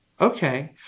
okay